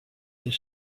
this